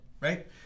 right